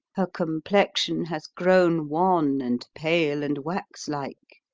her complexion has grown wan and pale and waxlike.